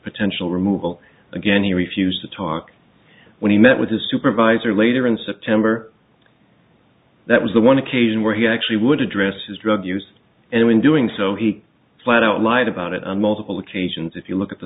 potential removal again he refused to talk when he met with his supervisor later in september that was the one occasion where he actually would address his drug use and when doing so he flat out lied about it on multiple occasions if you look at the